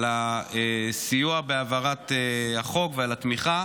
על הסיוע בהעברת החוק ועל התמיכה.